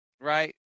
right